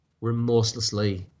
remorselessly